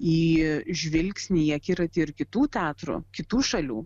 į žvilgsnį į akiratį ir kitų teatrų kitų šalių